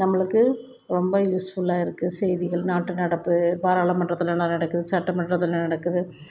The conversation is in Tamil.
நம்மளுக்கு ரொம்ப யூஸ்ஃபுல்லாக இருக்குது செய்திகள் நாட்டு நடப்பு பாராளுமன்றத்தில் என்ன நடக்குது சட்டமன்றத்தில் என்ன நடக்குது